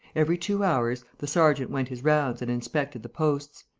every two hours, the sergeant went his rounds and inspected the posts.